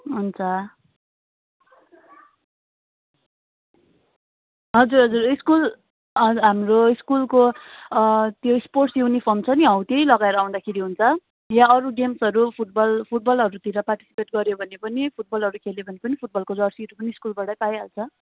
हुन्छ हजुर हजुर स्कुल हाम्रो स्कुलको त्यो स्पोर्ट्स युनिफर्म छ नि हौ त्यही लगाएर आउँदाखेरि हुन्छ या अरू गेम्सहरू फुटबल फुटबलहरू तिर पार्टिसिपेट गऱ्यो भने पनि फुटबलहरू खेल्यो भने पनि फुटबलको जर्सीहरू पनि स्कुलबाटै पाइहाल्छ